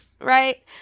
right